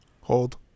Hold